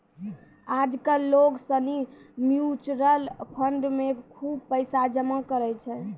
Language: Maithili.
आज कल लोग सनी म्यूचुअल फंड मे खुब पैसा जमा करै छै